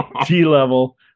T-level